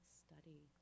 study